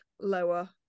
lower